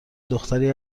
دختری